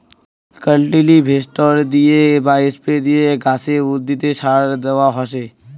cultivator দিয়ে বা spray দিয়ে গাছে, উদ্ভিদে সার দেয়া হসে